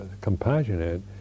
compassionate